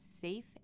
safe